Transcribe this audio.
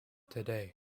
today